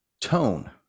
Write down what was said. Tone